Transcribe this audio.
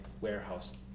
warehouse